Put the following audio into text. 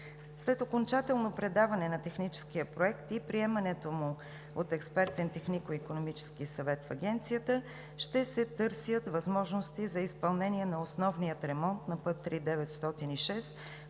След окончателното предаване на Техническия проект и приемането му от Експертен технико икономически съвет в Агенцията, ще се търсят възможности за изпълнението на основния ремонт на път III-906